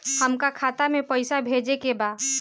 हमका खाता में पइसा भेजे के बा